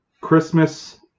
Christmas